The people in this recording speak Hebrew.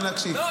גם להקשיב.